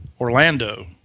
Orlando